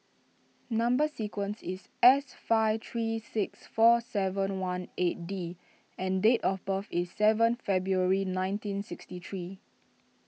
Number Sequence is S five three six four seven one eight D and date of birth is seventh February nineteen sixty three